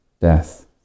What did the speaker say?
death